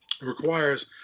requires